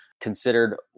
considered